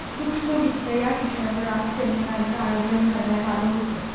सूक्ष्म वित्त या विषयावर आज सेमिनारचं आयोजन करण्यात आलं होतं